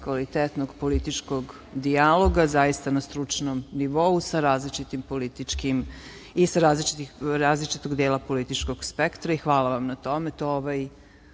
kvalitetnog političkog dijaloga, zaista na stručnom nivou, sa različitog dela političkog spektra. Hvala vam na tome.